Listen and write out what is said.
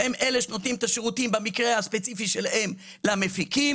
שהם אלה שנותנים את השירותים במקרה הספציפי שלהם למפיקים.